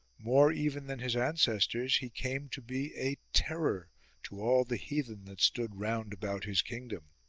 more even than his ancestors he came to be a terror to all the heathen that stood round about his kingdom.